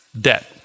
debt